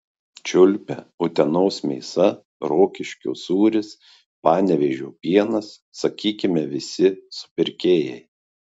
čiulpia utenos mėsa rokiškio sūris panevėžio pienas sakykime visi supirkėjai